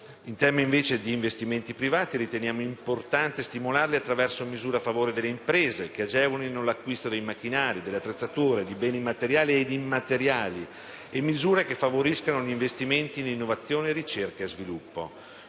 In tema di investimenti privati, invece, riteniamo importante stimolarli attraverso misure a favore delle imprese che agevolino l'acquisto di macchinari, delle attrezzature, di beni materiali ed immateriali e misure che favoriscano investimenti in innovazione, ricerca e sviluppo.